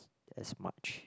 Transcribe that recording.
as much